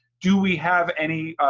do we have any,